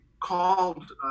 called